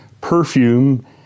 perfume